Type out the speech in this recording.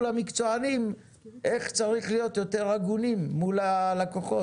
למקצוענים איך צריך להיות יותר הגונים מול הלקוחות.